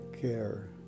care